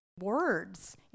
words